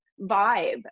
vibe